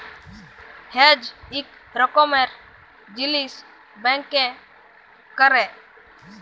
hedge ইক রকমের জিলিস ব্যাংকে ক্যরে